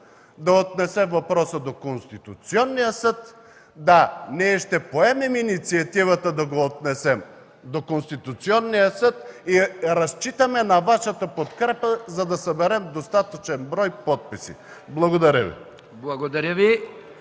да отнесе въпроса до Конституционния съд. Да, ние ще поемем инициативата да го отнесем до Конституционния съд и разчитаме на Вашата подкрепа, за да съберем достатъчен брой подписи. Благодаря Ви.